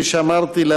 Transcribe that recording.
כפי שאמרתי,